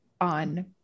on